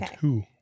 Two